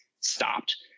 stopped